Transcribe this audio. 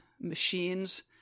machines